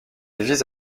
vise